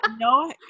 No